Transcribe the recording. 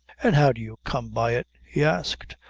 an' how did you come by it? he asked.